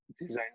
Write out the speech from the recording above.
design